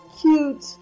cute